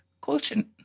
quotient